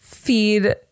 feed